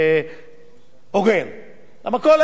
למה כל ההסכם הזה משולב חצי בחצי,